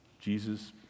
Jesus